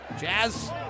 Jazz